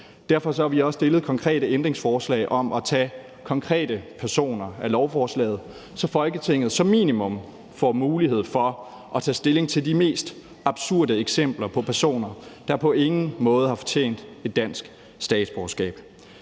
Derfor har vi også stillet konkrete ændringsforslag om at tage konkrete personer af lovforslaget, så Folketinget som minimum får mulighed for at tage stilling til de mest absurde eksempler på personer, der på ingen måde har fortjent et dansk statsborgerskab.